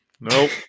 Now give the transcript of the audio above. Nope